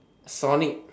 sonic